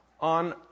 on